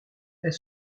est